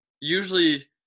Usually